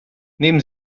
nehmen